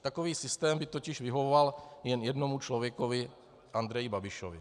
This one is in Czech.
Takový systém by totiž vyhovoval jen jednomu člověku Andreji Babišovi.